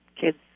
kids